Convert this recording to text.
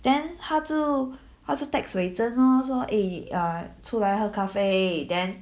then 她就她就 text wei zhen lor 说诶啊出来喝咖啡 then